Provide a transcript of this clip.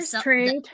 trade